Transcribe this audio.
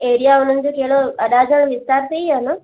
area उन्हनि जी कहिड़ो अराजन विस्ता ते ई आहे न